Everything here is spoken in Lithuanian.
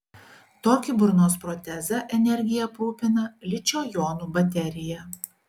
tokį burnos protezą energija aprūpina ličio jonų baterija